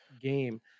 game